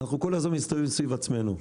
אנחנו כל הזמן מסתובבים סביב עצמנו,